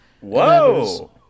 Whoa